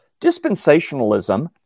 dispensationalism